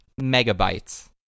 megabytes